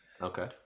Okay